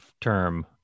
term